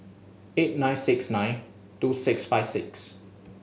eight nine six nine two six five six